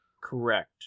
Correct